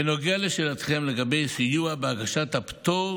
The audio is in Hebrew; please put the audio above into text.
בנוגע לשאלתכם לגבי סיוע בהגשה לפטור